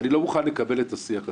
אני לא מוכן לקבל את השיח הזה.